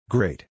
Great